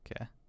okay